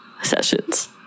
sessions